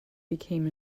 became